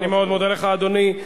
אני מאוד מודה לך, אדוני.